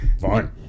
Fine